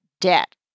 debt